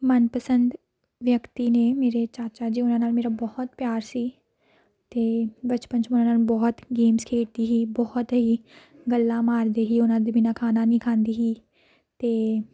ਮਨਪਸੰਦ ਵਿਅਕਤੀ ਨੇ ਮੇਰੇ ਚਾਚਾ ਜੀ ਉਹਨਾਂ ਨਾਲ ਮੇਰਾ ਬਹੁਤ ਪਿਆਰ ਸੀ ਅਤੇ ਬਚਪਨ 'ਚ ਮੈਂ ਉਹਨਾਂ ਨਾਲ ਬਹੁਤ ਗੇਮਸ ਖੇਡਦੀ ਸੀ ਬਹੁਤ ਹੀ ਗੱਲਾਂ ਮਾਰਦੇ ਸੀ ਉਹਨਾਂ ਦੇ ਬਿਨਾਂ ਖਾਣਾ ਨਹੀਂ ਖਾਂਦੀ ਸੀ ਅਤੇ